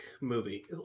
movie